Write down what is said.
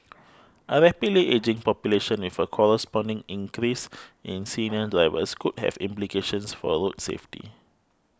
a rapidly ageing population with a corresponding increase in senior drivers could have implications for a road safety